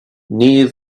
near